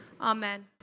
amen